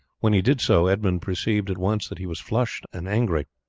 when he did so edmund perceived at once that he was flushed and angry.